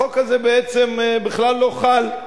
החוק הזה בעצם בכלל לא חל.